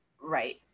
right